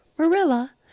Marilla